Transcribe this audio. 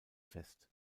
fest